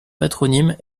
patronyme